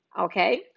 Okay